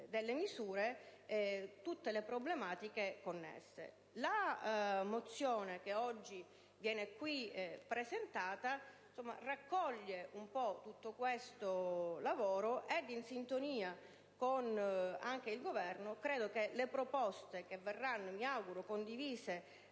delle misure tutte le problematiche connesse. La mozione che oggi viene qui presentata raccoglie un po' tutto questo lavoro e, in sintonia con il Governo, credo che le proposte che - mi auguro -